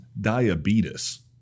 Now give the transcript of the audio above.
diabetes